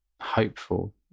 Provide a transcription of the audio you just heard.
hopeful